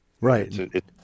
Right